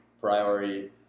priority